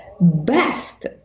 best